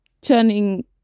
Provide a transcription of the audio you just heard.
turning